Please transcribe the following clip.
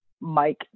Mike